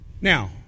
Now